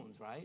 right